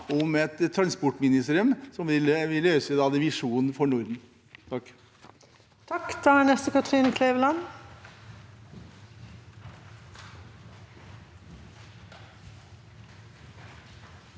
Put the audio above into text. om et transportministerium, som vil løse visjonen for Norden. Kari